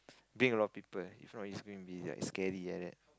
bring a lot of people if not it's going to be like scary like that